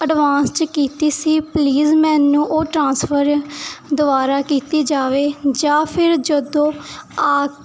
advance 'ਚ ਕੀਤੀ ਸੀ ਪਲੀਜ਼ ਮੈਨੂੰ ਉਹ ਟ੍ਰਾਂਸਫਰ ਦੁਬਾਰਾ ਕੀਤੀ ਜਾਵੇ ਜਾਂ ਫਿਰ ਜਦੋਂ ਆ